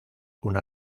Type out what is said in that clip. una